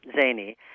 zany